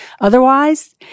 Otherwise